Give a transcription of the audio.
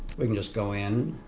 we can just go in